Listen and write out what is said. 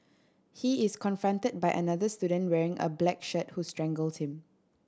he is confronted by another student wearing a black shirt who strangles him